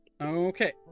Okay